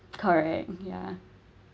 correct ya